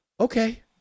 okay